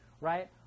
right